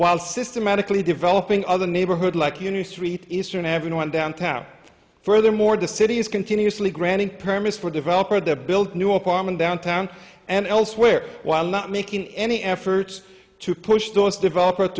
while systematically developing other neighborhood like you new street eastern everyone downtown furthermore the city is continuously granting permits for developer the build new apartment downtown and elsewhere while not making any efforts to push those developer